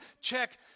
check